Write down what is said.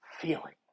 feeling